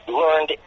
learned